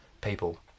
people